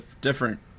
different